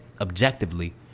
objectively